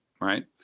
Right